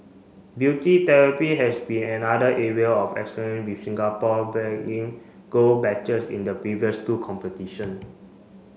beauty therapy has been another area of excellent with Singapore bagging gold in the previous two competition